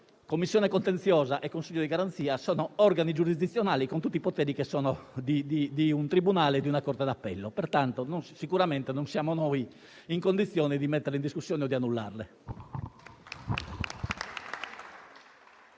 Commissione contenziosa e Consiglio di garanzia sono organi giurisdizionali con tutti i poteri di un tribunale e di una corte d'appello, pertanto non siamo sicuramente in condizioni di metterli in discussione o di annullarli.